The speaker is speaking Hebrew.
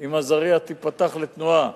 אם עזרייה תיפתח לתנועה